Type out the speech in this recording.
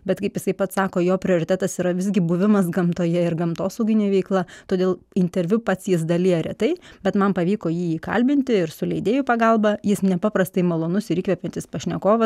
bet kaip jisai pats sako jo prioritetas yra visgi buvimas gamtoje ir gamtosauginė veikla todėl interviu pats jis dalija retai bet man pavyko jį įkalbinti ir su leidėjų pagalba jis nepaprastai malonus ir įkvepiantis pašnekovas